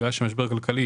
מכיוון שהמשבר הכלכלי